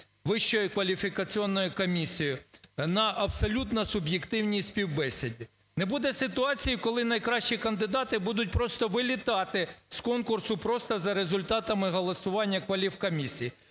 Вищою кваліфікаційною комісією на абсолютно суб'єктивній співбесіді. Не буде ситуації, коли найкращі кандидати будуть просто "вилітати" з конкурсу просто за результатами голосування кваліфкомісії.